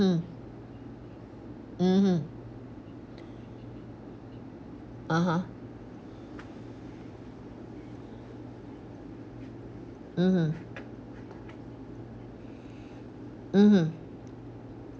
mm mmhmm (uh huh) mmhmm mmhmm